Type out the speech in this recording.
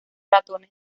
ratones